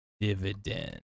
dividend